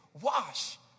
wash